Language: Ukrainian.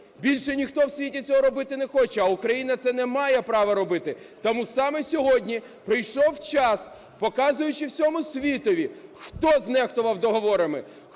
Більше ніхто у світі цього робити не хоче! А Україна це не має права робити. Тому саме сьогодні прийшов час, показуючи всьому світові, хто знехтував договорами,